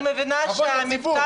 אני קורא אותך לסדר פעם ראשונה.